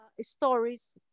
stories